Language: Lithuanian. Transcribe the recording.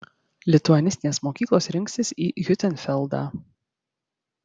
lituanistinės mokyklos rinksis į hiutenfeldą